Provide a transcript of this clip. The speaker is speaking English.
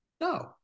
No